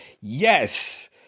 Yes